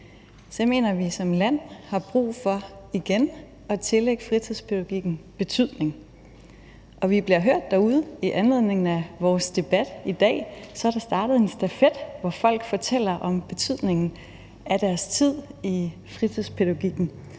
jeg mener, at vi som land har brug for igen at tillægge fritidspædagogikken betydning. Og vi bliver hørt derude, for i anledning af vores debat i dag, er der startet en stafet, hvor folk fortæller om betydningen af deres tid i fritidspædagogikken.